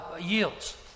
yields